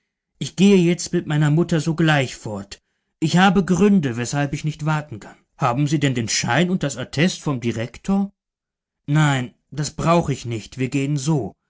ich gehe jetzt mit meiner mutter sogleich fort ich habe gründe weshalb ich nicht warten kann haben sie denn den schein und das attest vom direktor nein das brauche ich nicht wir gehen so